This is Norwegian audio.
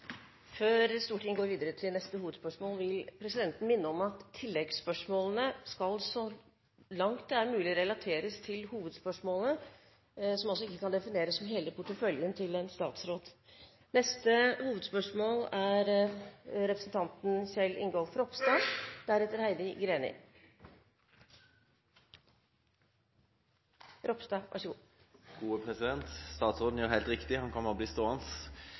Før Stortinget går videre til neste hovedspørsmål, vil presidenten minne om at oppfølgingsspørsmålene så langt det er mulig, skal relateres til hovedspørsmålet – som altså ikke kan defineres som hele porteføljen til en statsråd. Da går vi til neste hovedspørsmål. Statsråden gjør helt riktig i å bli stående, for mitt spørsmål handler også om arbeid. Arbeid handler om menneskeverd. Det gjør